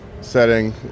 setting